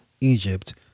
Egypt